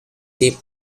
deep